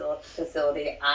facility